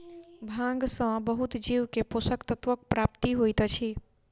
भांग सॅ बहुत जीव के पोषक तत्वक प्राप्ति होइत अछि